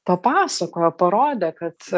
papasakojo parodė kad